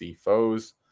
foes